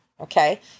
okay